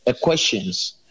questions